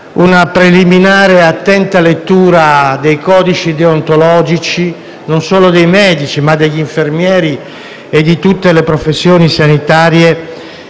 una preliminare e attenta lettura dei codici deontologici non solo dei medici, ma anche degli infermieri e di tutte le professioni sanitarie